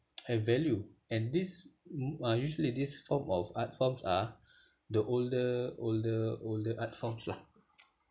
have value and these mm uh usually these form of art forms are the older older older art forms lah